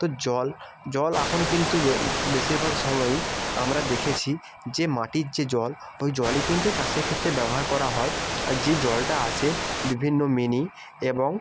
তো জল জল এখন কিন্তু বেশিরভাগ সময়ই আমরা দেখেছি যে মাটির যে জল ওই জলই কিন্তু চাষের ক্ষেত্রে ব্যবহার করা হয় আর যে জলটা আসে বিভিন্ন মিনি এবং